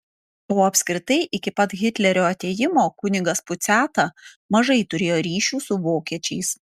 o apskritai iki pat hitlerio atėjimo kunigas puciata mažai turėjo ryšių su vokiečiais